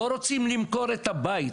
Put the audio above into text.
לא רוצים למכור את הבית,